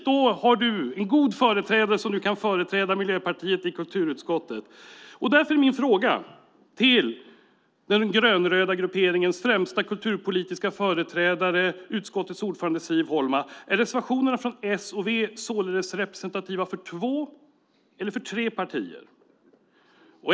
Då finns det en god företrädare för Miljöpartiet i kulturutskottet. Min fråga till den grönröda grupperingens främsta kulturpolitiska företrädare, utskottets ordförande Siv Holma: Är reservationerna från s och v således representativa för två eller för tre partier?